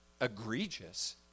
egregious